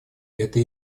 это